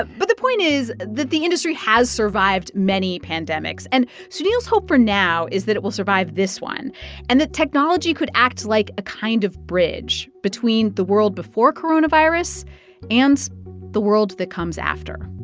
ah but the point is that the industry has survived many pandemics. and sunil's hope for now is that it will survive this one and that technology could act like a kind of bridge between the world before coronavirus and the world that comes after